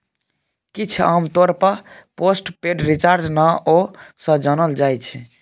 किछ आमतौर पर पोस्ट पेड रिचार्ज नाओ सँ जानल जाइ छै